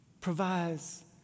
provides